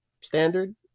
standard